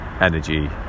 energy